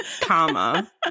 comma